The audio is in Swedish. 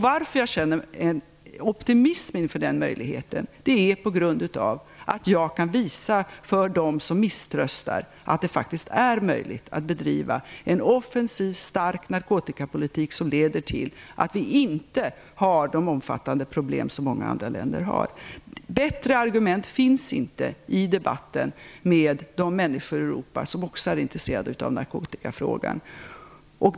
Varför jag känner en optimism inför den möjligheten är att jag kan visa för dem som misströstar att det faktiskt är möjligt att bedriva en offensiv, stark narkotikapolitik som leder till att vi inte har de omfattande problem som många andra länder har. Ett bättre argument finns inte i debatter med de människor ute i Europa som också är intresserade av narkotikafrågan.